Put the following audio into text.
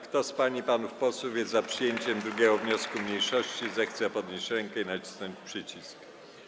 Kto z pań i panów posłów jest za przyjęciem 2. wniosku mniejszości, zechce podnieść rękę i nacisnąć przycisk.